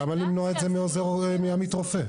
למה למנוע את זה מעמית רופא?